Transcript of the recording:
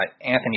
Anthony